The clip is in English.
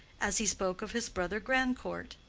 as he spoke of his brother grandcourt?